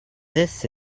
this